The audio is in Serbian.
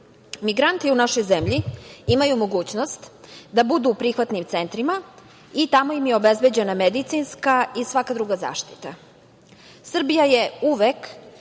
Migranti u našoj zemlji imaju mogućnost da budu u prihvatnim centrima i tamo im je obezbeđena medicinska i svaka druga zaštita.